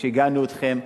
שיגענו אתכם,